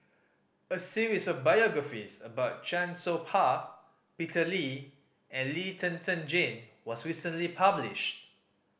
a series of biographies about Chan Soh Ha Peter Lee and Lee Zhen Zhen Jane was recently published